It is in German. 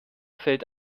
fällt